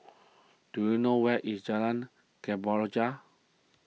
do you know where is Jalan Kemborja